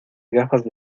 gafas